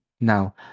now